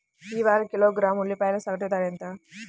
ఈ వారం కిలోగ్రాము ఉల్లిపాయల సగటు ధర ఎంత?